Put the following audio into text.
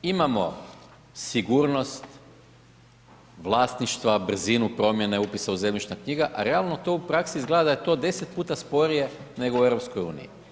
Imamo sigurnost vlasništva, brzinu promjene upisa u zemljišne knjige, a realno, to u praksi izgleda da je to 10 puta sporije nego u EU.